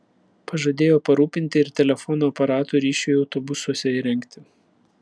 pažadėjo parūpinti ir telefono aparatų ryšiui autobusuose įrengti